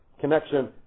connection